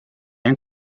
han